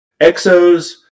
exos